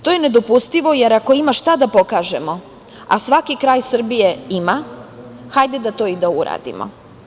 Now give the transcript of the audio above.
To je nedopustivo, jer ako ima šta da pokažemo, a svaki kraj Srbije ima, hajde da to i uradimo.